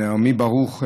נעמי ברוך,